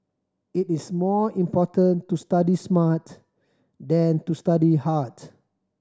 it is more important to study smart than to study hard